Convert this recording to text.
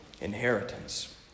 inheritance